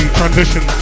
transition